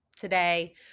Today